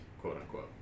quote-unquote